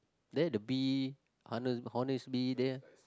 there the bee hone~ honestbee there